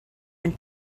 and